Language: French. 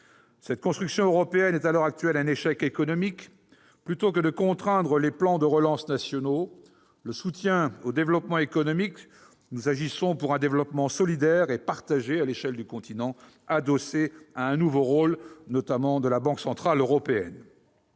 Cette construction européenne est, à l'heure actuelle, un échec économique. Plutôt que de contraindre les plans de relance nationaux, le soutien au développement économique, nous agissons pour un développement solidaire et partagé à l'échelle du continent, adossé, notamment, à un nouveau rôle de la Banque centrale européenne.